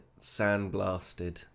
sandblasted